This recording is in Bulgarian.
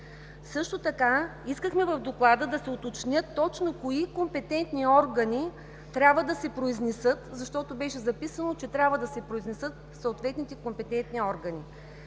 Също така искахме в Доклада да се уточни точно кои компетентни органи трябва да се произнесат, защото беше записано, че трябва да се произнесат съответните компетентни органи.